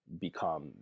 Become